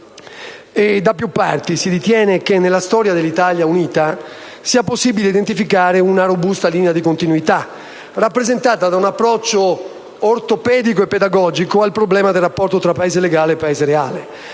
da più parti si ritiene che nella storia dell'Italia unita sia possibile identificare una robusta linea di continuità rappresentata da un approccio ortopedico e pedagogico al problema del rapporto tra Paese legale e Paese reale.